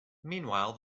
meanwhile